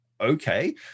okay